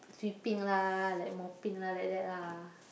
sweeping lah like mopping lah like that lah